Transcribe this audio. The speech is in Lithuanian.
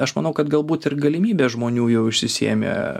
aš manau kad galbūt ir galimybė žmonių jau išsisėmė